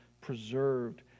preserved